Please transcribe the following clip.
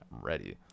ready